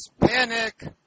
panic